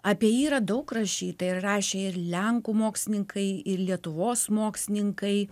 apie jį yra daug rašyta ir rašė ir lenkų mokslininkai ir lietuvos mokslininkai